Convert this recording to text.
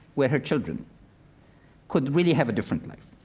where her children could really have a different life.